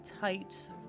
tight